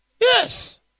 yes